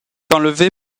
enlevée